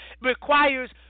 requires